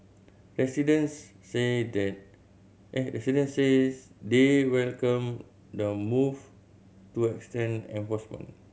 residents say they residents say they welcome the move to extend enforcement